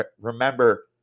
Remember